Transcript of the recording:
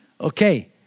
okay